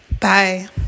Bye